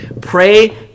Pray